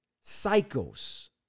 cycles